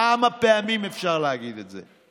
כמה פעמים אפשר להגיד את זה?